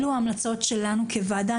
אלו ההמלצות שלנו כוועדה.